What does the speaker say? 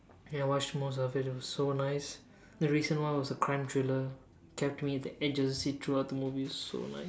ya I watched most of it it was so nice the recent was crime trailer kept me at the edge of my seat throughout the movie so nice